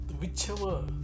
whichever